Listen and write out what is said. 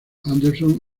anderson